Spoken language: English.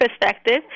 perspective